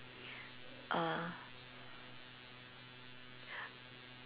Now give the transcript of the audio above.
err